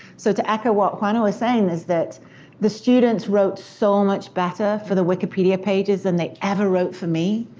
so to add to what juana was saying, is that the students wrote so much better for the wikipedia pages than they ever wrote for me.